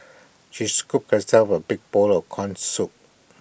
she scooped herself A big bowl of Corn Soup